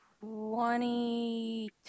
Twenty